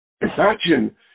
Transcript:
Imagine